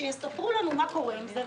שיספרו לנו מה קורה עם זה.